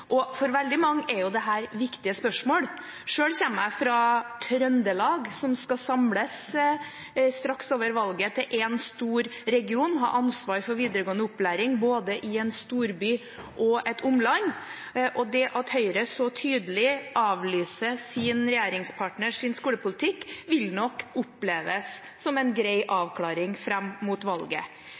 Og for veldig mange er dette viktige spørsmål. Selv kommer jeg fra Trøndelag, som skal samles straks over valget til én stor region, og ha ansvar for videregående opplæring både i en storby og et omland, og det at Høyre så tydelig avlyser sin regjeringspartners skolepolitikk, vil nok oppleves som en grei avklaring fram mot valget.